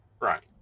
right